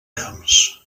camps